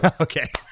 Okay